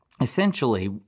Essentially